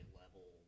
level